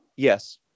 Yes